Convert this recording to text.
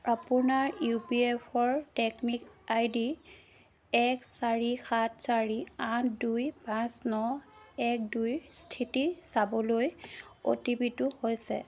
আপোনাৰ U P F O ৰ টেকনিক আইডি এক চাৰি সাত চাৰি আঠ দুই পাঁচ ন এক দুইৰ স্থিতি চাবলৈ অ' টি পি টো হৈছে